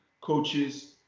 coaches